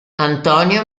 antonio